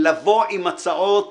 לבוא עם הצעות